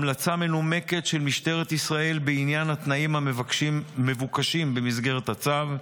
המלצה מנומקת של משטרת ישראל בעניין התנאים המבוקשים במסגרת הצו,